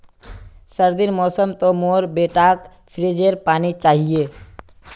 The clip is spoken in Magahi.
सर्दीर मौसम तो मोर बेटाक फ्रिजेर पानी चाहिए